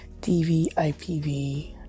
DVIPV